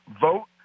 vote